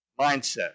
mindset